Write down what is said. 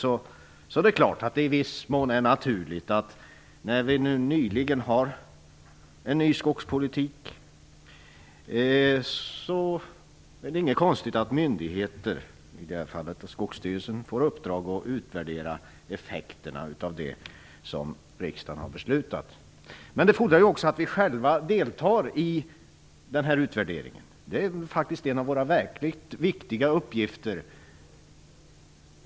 I viss mån är det självfallet naturligt, eftersom vi nyligen fick en ny skogspolitik, att en myndighet - i det här fallet Skogsstyrelsen - får i uppdrag att utvärdera effekterna av det som riksdagen beslutat om. Det fordras också att vi själva deltar i utvärderingen. Det är faktiskt en av våra verkligt viktiga uppgifter.